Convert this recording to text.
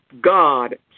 God